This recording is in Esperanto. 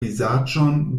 vizaĝon